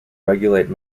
regulate